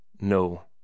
No